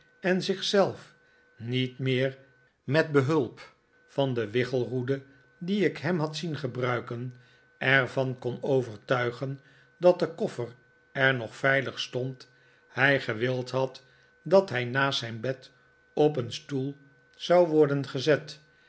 en zich zelf niet meer met behulp van de wichelroede die ik hem had zien gebruiken er van kon overtuigen dat de koffer er nog veilig stond hij gewild had dat hij naast zijn bed op een stoel zou worden gezet